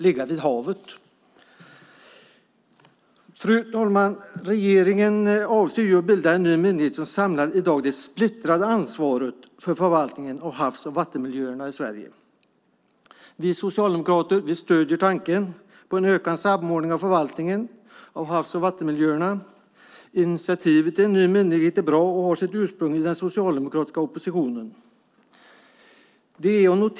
Fru ålderspresident! Regeringen avser att bilda en ny myndighet som samlar det i dag splittrade ansvaret för förvaltning av havs och vattenmiljöerna i Sverige. Vi socialdemokrater stöder tanken på en ökad samordning av förvaltningen av havs och vattenmiljöerna. Initiativet till en ny myndighet är bra och har sitt ursprung i den socialdemokratiska oppositionen.